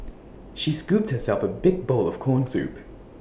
she scooped herself A big bowl of Corn Soup